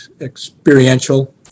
experiential